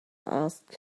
asked